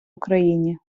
україні